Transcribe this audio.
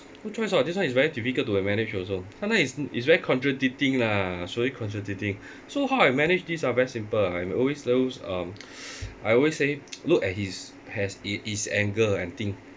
no choice [what] this one is very difficult to manage also sometimes it's it's very contradicting lah it's very contradicting so how I manage this ah very simple I always those um I always say look at his has it is angle and think